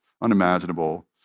unimaginable